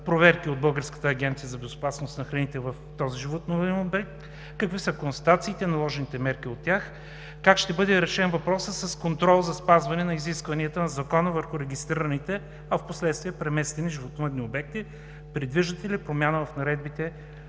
проверки от Българската агенция за безопасност на храните в този животновъден обект? Какви са констатациите, наложените мерки от тях? Как ще бъде решен въпросът с контрол за спазване на изискванията на Закона върху регистрираните, а впоследствие преместени животновъдни обекти? Предвиждате ли промяна в наредбите,